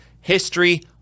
history